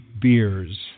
beers